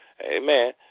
amen